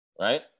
Right